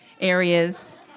areas